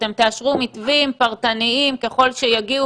שאתם תאשרו מתווים פרטניים ככל שיגיעו